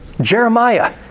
Jeremiah